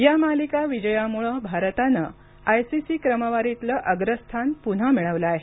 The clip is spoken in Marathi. या मालिकाविजयामुळे भारतानं आयसीसी क्रमवारीतलं अग्रस्थान पुन्हा मिळवलं आहे